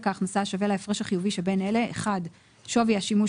ההכנסה השווה להפרש החיובי שבין אלה: שווי השימוש